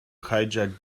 hijack